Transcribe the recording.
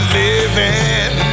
living